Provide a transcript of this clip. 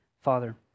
Father